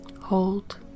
hold